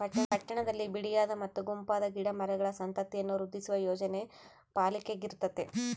ಪಟ್ಟಣದಲ್ಲಿ ಬಿಡಿಯಾದ ಮತ್ತು ಗುಂಪಾದ ಗಿಡ ಮರಗಳ ಸಂತತಿಯನ್ನು ವೃದ್ಧಿಸುವ ಯೋಜನೆ ಪಾಲಿಕೆಗಿರ್ತತೆ